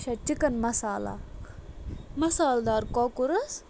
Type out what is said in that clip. اچھا چِکَن مسالا مَسال دار کۄکُر حظ